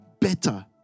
better